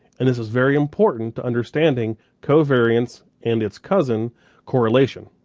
and this is very important to understanding covariance and its cousin correlation.